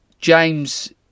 James